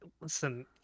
Listen